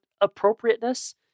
appropriateness